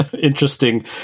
interesting